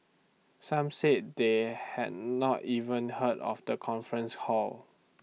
some said they had not even heard of the conference hall